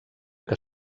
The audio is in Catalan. que